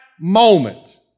moment